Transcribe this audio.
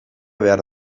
behar